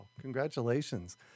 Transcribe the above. Congratulations